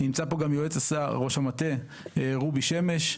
נמצא פה גם יועץ השר, ראש המטה, רובי שמש.